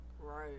Right